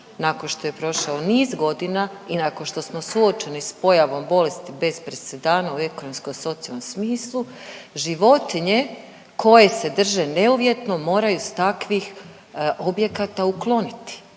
nakon što je prošao niz godina i nakon što smo suočeni s pojavom bolesti bez presedana u ekonomsko-socijalnom smislu, životinje koje se drže neuvjetno, moraju iz takvih objekata ukloniti,